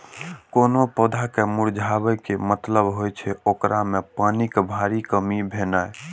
कोनो पौधा के मुरझाबै के मतलब होइ छै, ओकरा मे पानिक भारी कमी भेनाइ